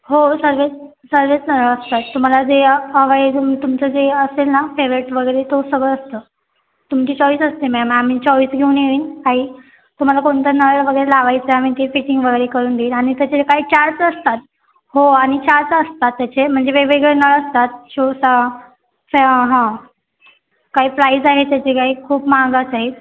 हो सर्वच सर्वच नळ असतात तुम्हाला जे हवं आहे तुमचं जे असेल ना फेवरेट वगैरे तो सगळं असतं तुमची चॉईस असते मॅम आम्ही चॉईस घेऊन येईन काही तुम्हाला कोणता नळ वगैरे लावायचा आम्ही ती फिटिंग वगैरे करून देईल आणि त्याचे काही चार्ज असतात हो आणि चार्ज असतात त्याचे म्हणजे वेगवेगळे नळ असतात शोचा चा हां काही प्राईज आहे त्याची काही खूप महागचं आहेत